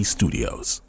Studios